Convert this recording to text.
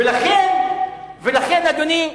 ולכן, אדוני,